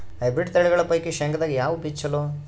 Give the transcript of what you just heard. Hybrid ತಳಿಗಳ ಪೈಕಿ ಶೇಂಗದಾಗ ಯಾವ ಬೀಜ ಚಲೋ?